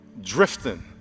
drifting